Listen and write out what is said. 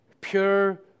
pure